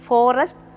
Forest